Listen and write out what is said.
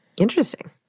Interesting